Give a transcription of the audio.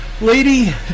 Lady